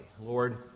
Lord